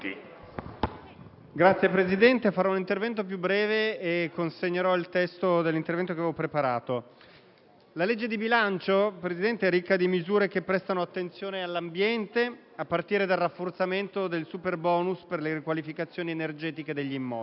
di legge di bilancio in esame è ricco di misure che prestano attenzione all'ambiente, a partire dal rafforzamento del superbonus per le riqualificazioni energetiche degli immobili.